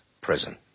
prison